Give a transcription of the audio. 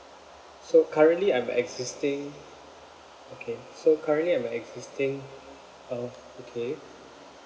so currently I'm a existing okay so currently I'm a existing orh okay